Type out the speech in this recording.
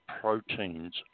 proteins